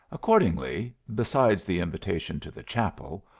accordingly, besides the invitation to the chapel,